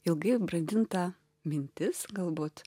ilgai brandinta mintis galbūt